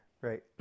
Right